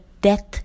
death